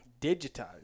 Digitized